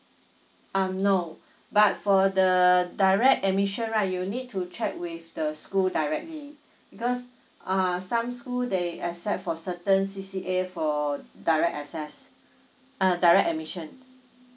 um no but for the direct admission right you need to check with the school directly because uh some school they accept for certain C_C_A for direct access uh direct admission